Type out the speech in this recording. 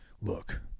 look